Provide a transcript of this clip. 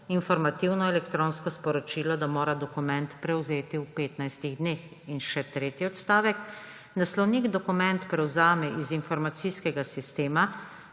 informativno elektronsko sporočilo, da mora dokument prevzeti v 15 dneh.« Še tretji odstavek: »Naslovnik dokument prevzame iz informacijskega sistema